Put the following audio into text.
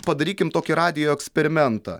padarykim tokį radijo eksperimentą